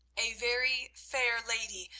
a very fair lady,